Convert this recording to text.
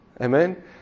Amen